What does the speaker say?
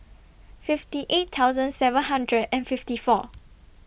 fifty eight thousand seven hundred and fifty four